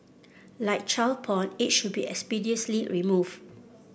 like child porn it should be expeditiously remove